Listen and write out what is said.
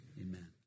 amen